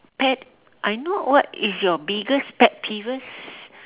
pet I know what is your biggest pet peeves